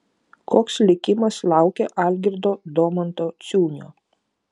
koks likimas laukia algirdo domanto ciūnio